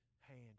hand